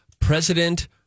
president